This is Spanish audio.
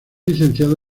licenciado